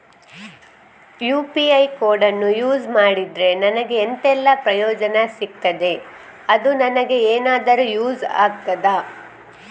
UPI ಕೋಡನ್ನು use ಮಾಡಿದ್ರೆ ನನಗೆ ಎಂಥೆಲ್ಲಾ ಪ್ರಯೋಜನ ಸಿಗ್ತದೆ, ಅದು ನನಗೆ ಎನಾದರೂ ಯೂಸ್ ಆಗ್ತದಾ?